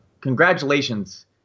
Congratulations